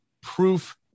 proof